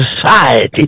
society